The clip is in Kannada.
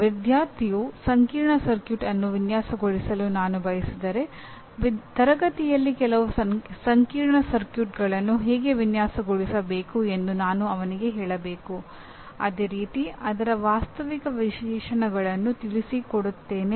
ನನ್ನ ವಿದ್ಯಾರ್ಥಿಯು ಸಂಕೀರ್ಣ ಸರ್ಕ್ಯೂಟ್ ಅನ್ನು ವಿನ್ಯಾಸಗೊಳಿಸಲು ನಾನು ಬಯಸಿದರೆ ತರಗತಿಯಲ್ಲಿ ಕೆಲವು ಸಂಕೀರ್ಣ ಸರ್ಕ್ಯೂಟ್ಗಳನ್ನು ಹೇಗೆ ವಿನ್ಯಾಸಗೊಳಿಸಬೇಕು ಎಂದು ನಾನು ಅವನಿಗೆ ಹೇಳಬೇಕು ಅದೇ ರೀತಿ ಅದರ ವಾಸ್ತವಿಕ ವಿಶೇಷಣಗಳನ್ನು ತಿಳಿಸಿಕೊಡುತ್ತೇನೆ